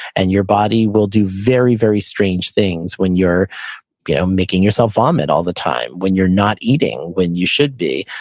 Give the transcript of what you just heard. and your body will do very, very strange things when you're you know making yourself vomit all the time. when you're not eating when you should be.